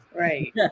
right